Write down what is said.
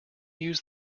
use